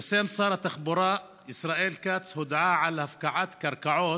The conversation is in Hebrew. פרסם שר התחבורה ישראל כץ הודעה על הפקעת קרקעות,